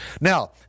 Now